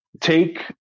take